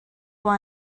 why